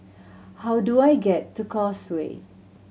how do I get to Causeway